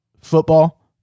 football